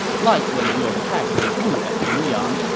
like when you attacked lu bu at puyang,